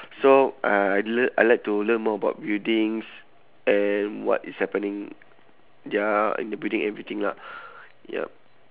so I l~ I like to learn more about buildings and what is happening ya in the building everything lah yup